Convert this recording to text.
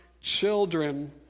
children